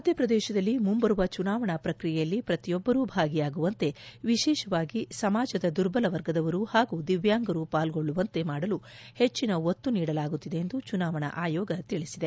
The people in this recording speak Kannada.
ಮಧ್ಯಪ್ರದೇಶದಲ್ಲಿ ಮುಂಬರುವ ಚುನಾವಣಾ ಪ್ರಕ್ರಿಯೆಯಲ್ಲಿ ಪ್ರತಿಯೊಬ್ಬರೂ ಭಾಗಿಯಾಗುವಂತೆ ವಿಶೇಷವಾಗಿ ಸಮಾಜದ ದುರ್ಬಲ ವರ್ಗದವರೂ ಹಾಗೂ ದಿವ್ಯಾಂಗರೂ ಪಾಲ್ಗೊಳ್ಳುವಂತೆ ಮಾಡಲು ಹೆಚ್ಚಿನ ಒತ್ತು ನೀಡಲಾಗುತ್ತಿದೆ ಎಂದು ಚುನಾವಣಾ ಆಯೋಗ ತಿಳಿಸಿದೆ